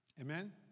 Amen